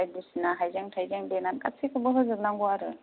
बायदिसिना हायजें थायजें देनानै गासिखौबो होजोब नांगौ आरो